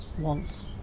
want